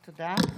תודה.